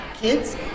kids